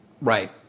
Right